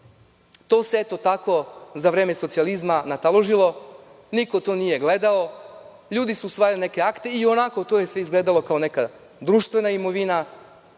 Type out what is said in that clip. To se, eto tako, za vreme socijalizma nataložilo, niko to nije gledao, ljudi su usvajali neke akte i to je sve izgledalo kao neka društvena imovina,